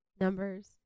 numbers